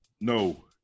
No